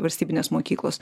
valstybinės mokyklos